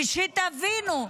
ותבינו,